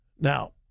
Now